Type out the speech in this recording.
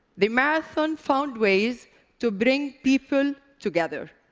the marathon found ways to bring people together.